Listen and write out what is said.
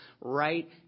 right